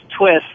twist